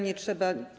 Nie trzeba.